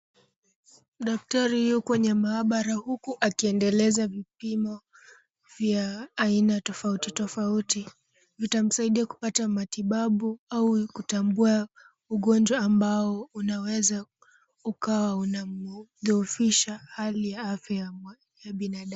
Daktari yuko kwenye mahabara huku akiendeleza vipimo vya aina tofauti tofauti. Vitamsaidia kupata matibabu au kutambua ugonjwa ambao unaweza ukawa unadhofisha hali ya afya ya binadamu.